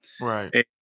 Right